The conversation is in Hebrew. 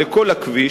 לכל הכביש,